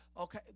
okay